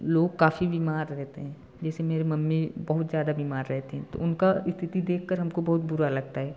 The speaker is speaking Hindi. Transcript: लोग काफ़ी बीमार रहते हैं जैसे मेरे मम्मी बहुत ज़्यादा बीमार रहती हैं तो उनका स्थिति देख कर हमको बहुत बुरा लगता है